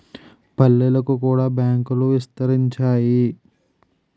పల్లెలకు కూడా బ్యాంకులు విస్తరించాయి